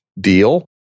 deal